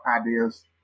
ideas